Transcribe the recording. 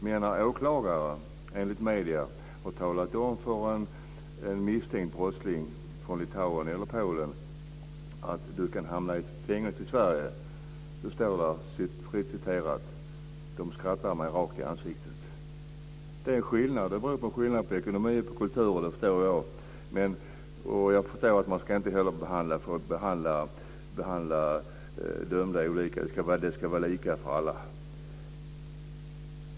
Men en åklagare har sagt i medierna att då han talat om för misstänkta brottslingar från Litauen eller Polen att de kan hamna i ett fängelse i Sverige skrattade de honom rakt i ansiktet. Jag förstår att det beror på skillnader i ekonomi och kultur. Jag förstår också att man inte ska behandla dömda olika utan att det ska vara lika för alla.